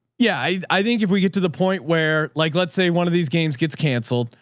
yeah. i think if we get to the point where like, let's say one of these games gets canceled,